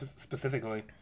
specifically